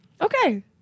Okay